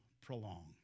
prolong